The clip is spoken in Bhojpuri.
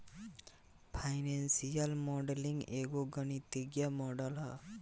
फाइनेंशियल मॉडलिंग एगो गणितीय मॉडल ह